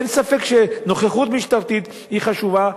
אין ספק שנוכחות משטרתית היא חשובה,